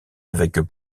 avec